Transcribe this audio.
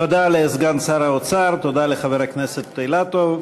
תודה לסגן שר האוצר, תודה לחבר הכנסת אילטוב.